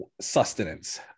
sustenance